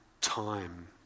time